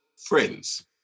Friends